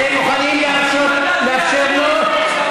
אתם מוכנים לאפשר לו?